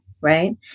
right